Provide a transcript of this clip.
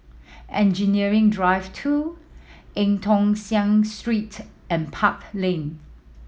Engineering Drive Two Eu Tong Sen Street and Park Lane